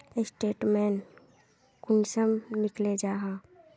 Statement कुंसम निकले जाहा?